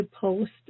post